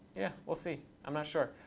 yeah, we'll see. i'm not sure.